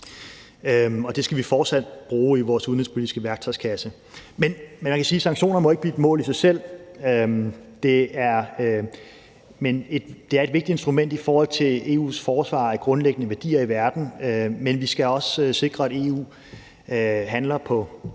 det skal vi fortsat bruge i vores udenrigspolitiske værktøjskasse. Jeg vil sige, at sanktioner ikke må blive et mål i sig selv. Det er et vigtigt instrument i forhold til EU's forsvar af grundlæggende værdier i verden, men vi skal også sikre, at EU handler på